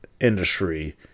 industry